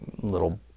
little